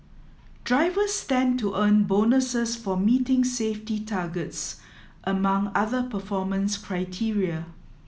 drivers stand to earn bonuses for meeting safety targets among other performance criteria